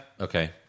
Okay